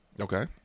Okay